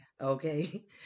okay